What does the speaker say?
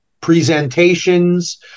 presentations